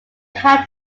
had